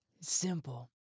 Simple